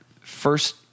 first